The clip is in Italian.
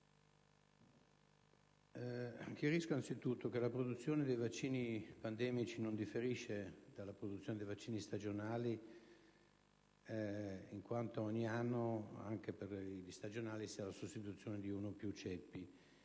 innanzitutto che la produzione dei vaccini pandemici non differisce dalla produzione dei vaccini stagionali, in quanto ogni anno anche per gli stagionali c'è la sostituzione di uno o più ceppi.